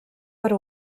per